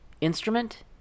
instrument